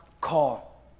call